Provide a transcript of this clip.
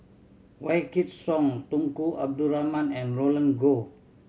Wykidd Song Tunku Abdul Rahman and Roland Goh